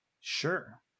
Sure